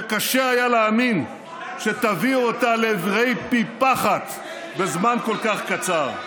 שקשה היה להאמין שתביאו אותה לעברי פי פחת בזמן כל כך קצר.